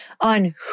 on